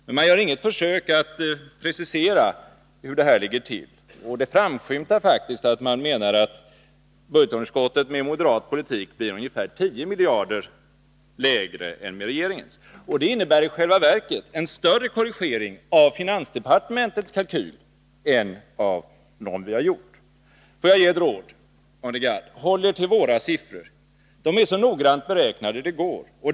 Men man gör inget försök att precisera hur det ligger till, och det framskymtar faktiskt att man menar att budgetunderskottet med moderat politik blir ungefär 10 miljarder lägre än med regeringens. Det innebär i själva verket en större korrigering av finansdepartementets kalkyl än av någon vi har gjort. Får jag ge ett råd, Arne Gadd: Håll er till våra siffror! De är så noggrant beräknade som det går.